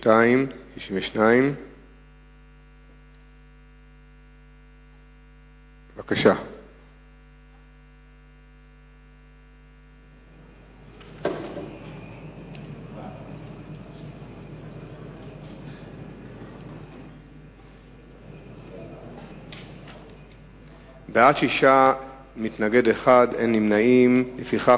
62). בבקשה.